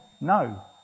No